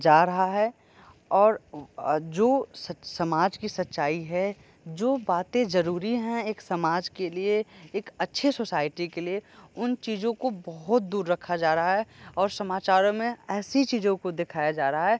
जा रहा है और जो समाज की सच्चाई है जो बातें ज़रूरी हैं एक समाज के लिए एक अच्छे सोसाईटी के लिए उन चीजों को बहुत दूर रखा जा रहा है और समाचारों में ऐसी चीज़ों को दिखाया जा रहा है